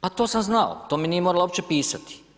Pa to sam znao, to mi nije morala uopće pisati.